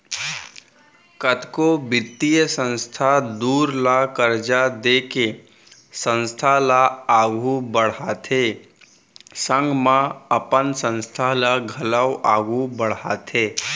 कतको बित्तीय संस्था दूसर ल करजा देके संस्था ल आघु बड़हाथे संग म अपन संस्था ल घलौ आघु बड़हाथे